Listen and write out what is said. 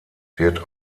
wird